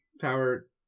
power